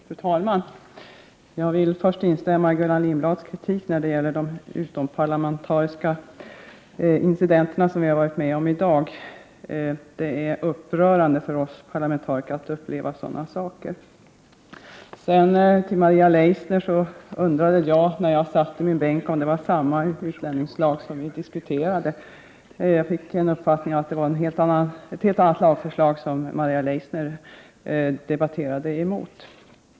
Fru talman! Jag vill först instämma i Gullan Lindblads kritik av de utomparlamentariska incidenter som vi varit med om i dag. Det är upprörande för oss parlamentariker att uppleva sådana saker. När jag lyssnade till Maria Leissners anförande undrade jag om det var samma utlänningslag som vi diskuterade. Jag fick uppfattningen att det var ett helt annat lagförslag som Maria Leissner argumenterade emot.